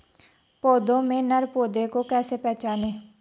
पौधों में नर पौधे को कैसे पहचानें?